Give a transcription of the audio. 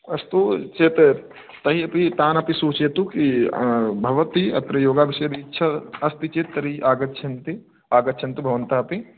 अस्तु चेत् तैः अपि तान् अपि सूचयतु भवती अत्र योगविषयेपि इच्छा अस्ति चेत् तर्हि आगच्छन्ति आगच्छन्तु भवन्तः अपि